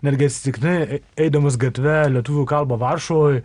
netgi atsitiktinai eidamas gatve lietuvių kalbą varšuvoj